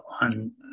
on